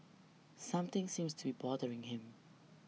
something seems to be bothering him